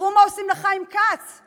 תראו מה עושים לחיים כץ כי